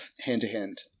hand-to-hand